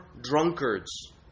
drunkards